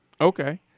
okay